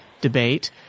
debate